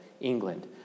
England